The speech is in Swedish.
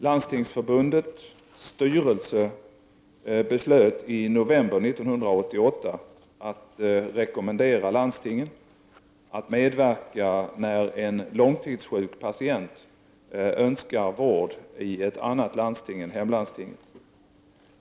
Landstingsförbundets styrelse beslöt i november 1988 att rekommendera landstingen att medverka när en långtidssjuk patient önskar vård i ett annat landsting än hemlandstinget.